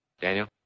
Daniel